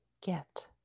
get